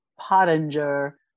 Pottinger